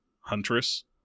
Huntress